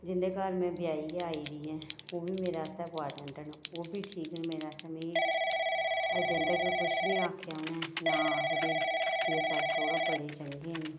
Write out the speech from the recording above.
जिन्दे घर में ब्याइयै आई दी आं ओह् बी मेरे आस्तै इम्पोर्टेन्ट न उब्बी ठीक न मेरे आस्तै मि अजें दिन तक कुछ नि आखेआ उ'नें ना आखदे मेरे सस्स सौह्रा बड़े चंगे न